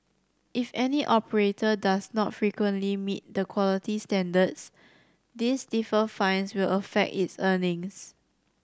if any operator does not frequently meet the quality standards these stiffer fines will affect its earnings